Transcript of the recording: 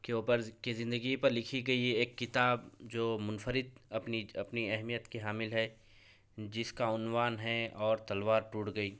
کے اوپر کی زندگی پر لکھی گئی ایک کتاب جو منفرد اپنی اپنی اہمیت کی حامل ہے جس کا عنوان ہے اور تلوار ٹوٹ گئی